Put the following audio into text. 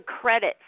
credit